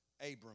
Abram